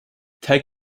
ted